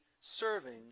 serving